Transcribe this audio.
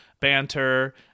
banter